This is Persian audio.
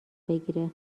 بگیره